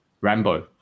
rambo